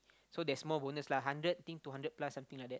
so there's more bonus lah hundred think to hundred plus something like that